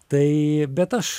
tai bet aš